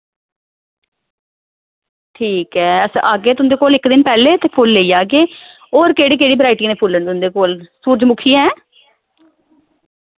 ठीक ऐ अस आह्गे तुं'दे कोल इक दिन पैह्ले ते फुल्ल लेई जाह्गे होर केह्ड़ी केह्ड़ी बराइटियें दे फुल्ल न तुं'दे कोल सूरजमुखी हैं